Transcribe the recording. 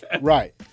Right